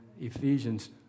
Ephesians